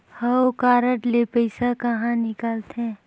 हव कारड ले पइसा कहा निकलथे?